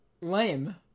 lame